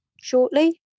shortly